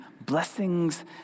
blessings